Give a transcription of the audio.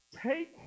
take